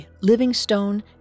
Livingstone